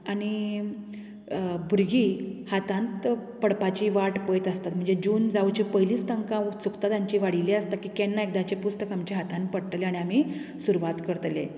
आनी भुरगीं हातांत पडपाची वाट पळयत आसतात म्हणजे जून जावचे पयलींच तांकां उत्सुक्ता तांची वाडिल्ली आसता की केन्ना एकदांचें पुस्तक आमच्या हातांत पडटलें आनी आमी सुरवात करतले